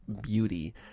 Beauty